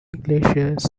glaciers